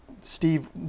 Steve